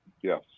Yes